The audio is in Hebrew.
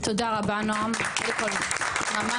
תודה רבה נועם, ממש